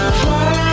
fly